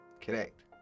Correct